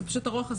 בשמחה.